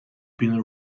been